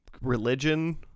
religion